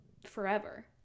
forever